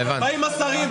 באים השרים,